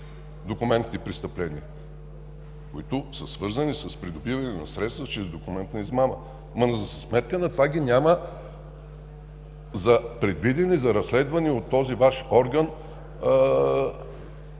документните престъпления, които са свързани с придобиване на средства чрез документна измама! За сметка на това ги няма предвидени за разследване от този Ваш орган